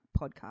podcast